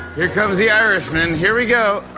here comes the irishman. here we go.